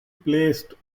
placed